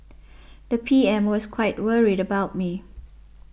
the P M was quite worried about me